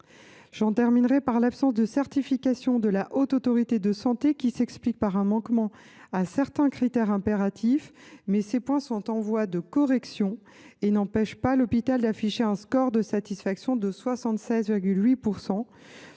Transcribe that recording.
Je terminerai en évoquant l’absence de certification de la Haute Autorité de santé (HAS), qui s’explique par un manquement à certains critères impératifs. Mais ces points sont en voie de correction et n’empêchent pas l’hôpital d’afficher un score de satisfaction de 76,8 %.